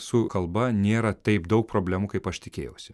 su kalba nėra taip daug problemų kaip aš tikėjausi